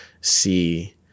see